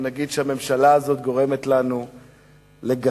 ונגיד שהממשלה הזאת גורמת לנו לגחך,